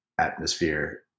atmosphere